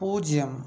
പൂജ്യം